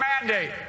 mandate